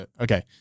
Okay